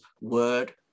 word